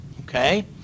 okay